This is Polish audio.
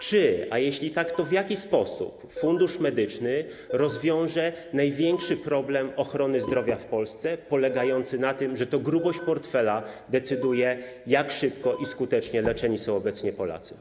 Czy, a jeśli tak, to w jaki sposób, Fundusz Medyczny rozwiąże największy problem ochrony zdrowia w Polsce, polegający na tym, że to grubość portfela decyduje, jak szybko i skutecznie leczeni są obecnie Polacy?